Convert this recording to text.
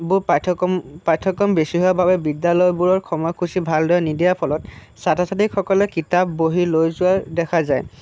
বোৰ পাঠ্যক্ৰম পাঠ্যক্ৰম বেছি হোৱাৰ বাবে বিদ্যালয়বোৰৰ সময়সূচী ভালদৰে নিদিয়াৰ ফলত ছাত্ৰ ছাত্ৰীসকলে কিতাপ বহী লৈ যোৱা দেখা যায়